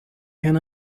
can